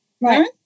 right